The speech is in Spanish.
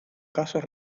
casos